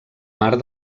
mar